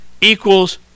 equals